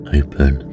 open